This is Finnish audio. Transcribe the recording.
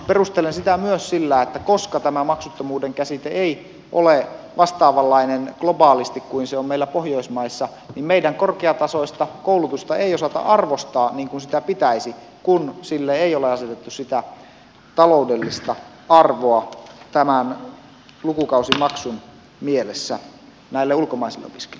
perustelen sitä myös sillä että koska tämä maksuttomuuden käsite ei ole vastaavanlainen globaalisti kuin se on meillä pohjoismaissa niin meidän korkeatasoista koulutustamme ei osata arvostaa niin kuin sitä pitäisi kun sille ei ole asetettu sitä taloudellista arvoa tämän lukukausimaksun mielessä näille ulkomaisille opiskelijoille